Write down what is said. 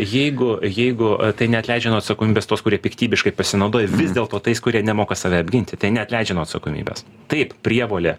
jeigu jeigu tai neatleidžia nuo atsakomybės tuos kurie piktybiškai pasinaudojo vis dėlto tais kurie nemoka save apginti tai neatleidžia nuo atsakomybės taip prievolė